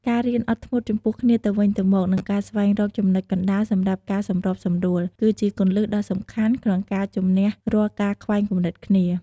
ការរៀនអត់ធ្មត់ចំពោះគ្នាទៅវិញទៅមក និងការស្វែងរកចំណុចកណ្តាលសម្រាប់ការសម្របសម្រួល គឺជាគន្លឹះដ៏សំខាន់ក្នុងការជម្នះរាល់ការខ្វែងគំនិតគ្នា។